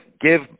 Give